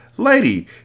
Lady